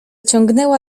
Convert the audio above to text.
ciągnęła